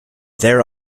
there